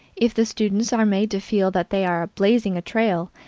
if the students are made to feel that they are blazing a trail,